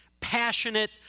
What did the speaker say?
passionate